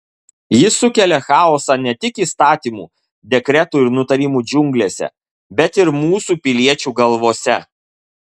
jis sukelia chaosą ne tik įstatymų dekretų ir nutarimų džiunglėse bet ir mūsų piliečių galvose